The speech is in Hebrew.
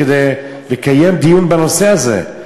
כדי לקיים דיון בנושא הזה.